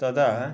तदा